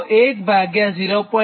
તો 1 ભાગ્યા 0